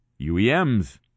UEMs